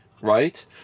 right